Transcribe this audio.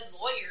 lawyer